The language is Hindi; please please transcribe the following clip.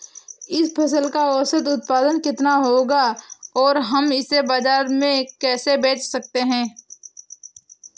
इस फसल का औसत उत्पादन कितना होगा और हम इसे बाजार में कैसे बेच सकते हैं?